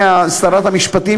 שרת המשפטים,